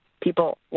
people